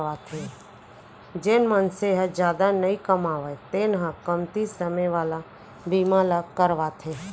जेन मनसे ह जादा नइ कमावय तेन ह कमती समे वाला बीमा ल करवाथे